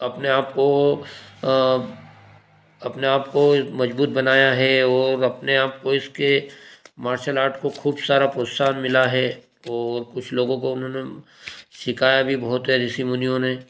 अपने आपको अपने आपको मजबूत बनाया है और अपने आपको इसके मार्शल आर्ट को खूब सारा प्रोत्साहन मिला है और कुछ लोगों को उन्होंने सिखाया भी बहुत है ऋषि मुनियों ने